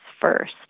first